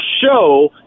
show